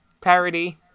Parody